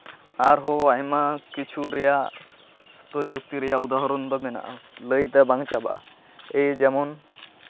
ᱟᱨᱦᱚᱸ ᱟᱭᱢᱟ ᱠᱤᱪᱷᱩ ᱨᱮᱭᱟᱜ ᱯᱨᱚᱡᱩᱠᱛᱤ ᱮᱭᱟᱜ ᱩᱫᱟᱦᱚᱨᱚᱱ ᱫᱚ ᱢᱮᱱᱟᱜᱼᱟ ᱞᱟᱹᱭᱛᱮ ᱵᱟᱝ ᱪᱟᱵᱟᱜᱼᱟ ᱮᱭ ᱡᱮᱢᱚᱱ